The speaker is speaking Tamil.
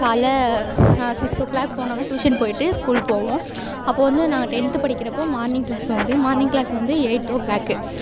காலைல சிக்ஸ் ஓ க்ளாக் போனேன்னா ட்யூஷன் போய்ட்டு ஸ்கூல் போவோம் அப்போது வந்து நாங்கள் டென்த்து படிக்கிறப்போ மார்னிங் க்ளாஸ் உண்டு மார்னிங் க்ளாஸ் வந்து எயிட் ஓ க்ளாக்கு